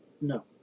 No